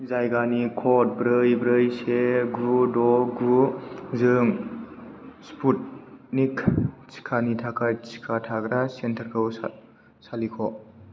जायगानि कड ब्रै ब्रै से गु द' गु जों स्पुटनिक टिकानि थाखाय टिका थाग्रा सेन्टारखौ सा सालिख'